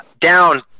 down